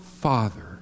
Father